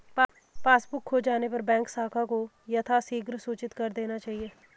passbook खो जाने पर बैंक शाखा को यथाशीघ्र सूचित कर देना चाहिए